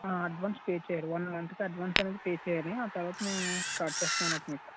advance pay చేయాలి one మంత్కి advance అనేది పే చేయాలి ఆ తరవాత మేము స్టార్ట్ చెస్తామన్నమాట మీకు